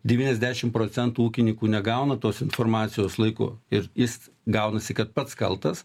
devyniasdešim procentų ūkininkų negauna tos informacijos laiku ir jis gaunasi kad pats kaltas